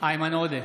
איימן עודה,